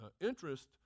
interest